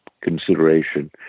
consideration